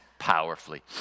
powerfully